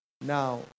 Now